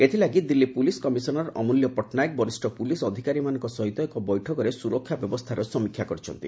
ଏଥିଲାଗି Delhi police commissioner Amulya Patnaik ବରିଷ୍ଣ police ଅଧିକାରୀମାନଙ୍କ ସହିତ ଏକ ବୈଠକରେ ସୁରକ୍ଷା ବ୍ୟବସ୍ଥାର ସମୀକ୍ଷା କରିଛନ୍ତି